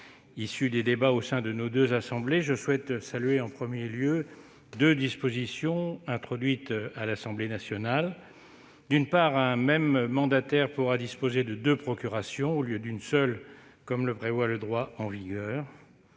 issus des débats au sein de nos deux assemblées, je souhaite saluer en premier lieu deux dispositions introduites par l'Assemblée nationale. La première permettra qu'un même mandataire dispose de deux procurations au lieu d'une seule, comme le prévoit le droit en vigueur.